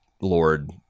lord